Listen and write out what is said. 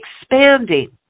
Expanding